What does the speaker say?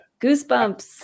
goosebumps